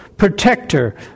protector